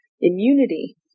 immunity